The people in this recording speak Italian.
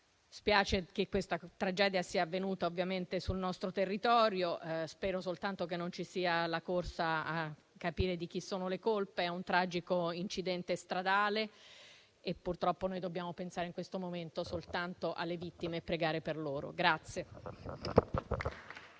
Spiace che questa tragedia sia avvenuta sul nostro territorio. Spero soltanto che non ci sia la corsa a capire di chi sono le colpe. È un tragico incidente stradale. Purtroppo dobbiamo pensare, in questo momento, soltanto alle vittime e pregare per loro.